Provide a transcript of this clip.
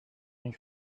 een